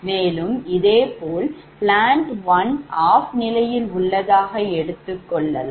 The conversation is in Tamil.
மேலும் இதே போல் plant 1 OFF நிலையில் உள்ளதாக எடுத்துக்கொள்ளவும்